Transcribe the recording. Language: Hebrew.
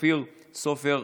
אופיר סופר,